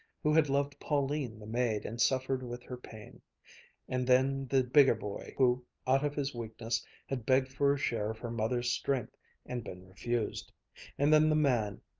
who had loved pauline the maid and suffered with her pain and then the bigger boy who out of his weakness had begged for a share of her mother's strength and been refused and then the man,